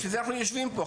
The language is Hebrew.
בשביל זה אנחנו יושבים פה,